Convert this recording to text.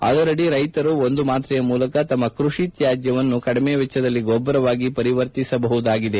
ಅದರಡಿ ರೈತರು ಒಂದು ಮಾತ್ರೆಯ ಮೂಲಕ ತಮ್ನ ಕೃಷಿ ತ್ವಾಜ್ಜವನ್ನು ಕಡಿಮೆ ವೆಚ್ಚದಲ್ಲಿ ಗೊಬ್ಲರವಾಗಿ ಪರಿವರ್ತಿಸಬಹುದಾಗಿದೆ